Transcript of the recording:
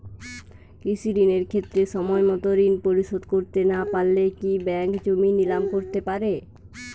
কৃষিঋণের ক্ষেত্রে সময়মত ঋণ পরিশোধ করতে না পারলে কি ব্যাঙ্ক জমি নিলাম করতে পারে?